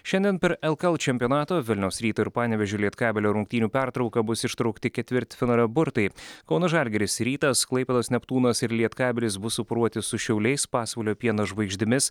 šiandien per lkl čempionato vilniaus ryto ir panevėžio lietkabelio rungtynių pertrauką bus ištraukti ketvirtfinalio burtai kauno žalgiris rytas klaipėdos neptūnas ir lietkabelis bus suporuoti su šiauliais pasvalio pieno žvaigždėmis